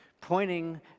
pointing